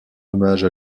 hommage